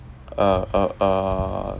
uh uh err